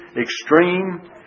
extreme